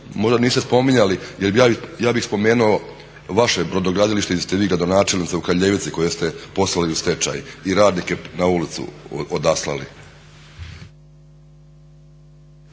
možda niste spominjali jer bih ja spomenuo vaše brodogradilište gdje ste vi gradonačelnica u Kraljevici koje ste poslali u stečaj i radnike na ulicu odaslali.